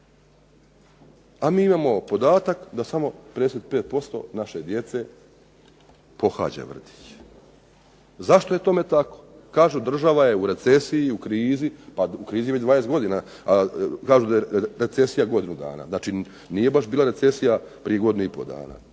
A mi imamo podatak da samo 55% naše djece pohađa vrtić. Zašto je tome tako? Kažu država je u recesiji, krizi. U krizi je već dvadeset godina a kažu da je recesija godinu dana. Znači nije baš bila recesija prije godinu i pol dana,